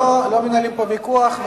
אנחנו לא מנהלים פה ויכוח,